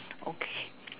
okay